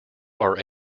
are